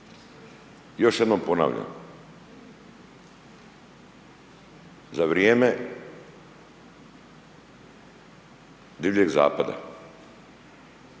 Još jednom ponavljam, za vrijeme divljeg zapada,